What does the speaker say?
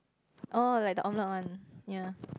oh like the omelette one ya